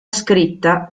scritta